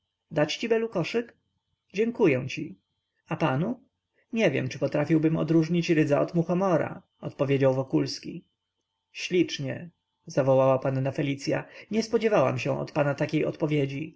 belu koszyk dziękuję ci a panu nie wiem czy potrafiłbym odróżnić rydza od muchomora odpowiedział wokulski ślicznie zawołała panna fela nie spodziewałam się od pana takiej odpowiedzi